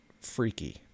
freaky